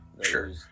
Sure